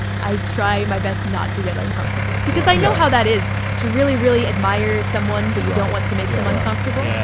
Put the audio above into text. i try my best not to get uncomfortable because i know how that is to really, really admire someone, but you don't want to make them uncomfortable. yeah.